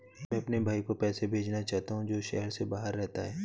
मैं अपने भाई को पैसे भेजना चाहता हूँ जो शहर से बाहर रहता है